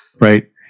right